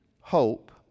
hope